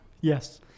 yes